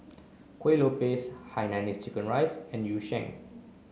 Kuih Lopes Hainanese Curry Rice and Yu Sheng